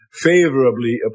favorably